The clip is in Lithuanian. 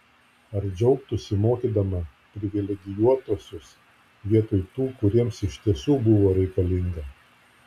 ar džiaugtųsi mokydama privilegijuotuosius vietoj tų kuriems iš tiesų buvo reikalinga